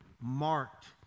marked